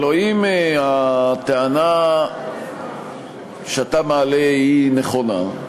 הלוא אם הטענה שאתה מעלה היא נכונה,